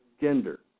gender